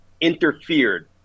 interfered